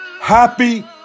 Happy